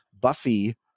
Buffy